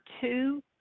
two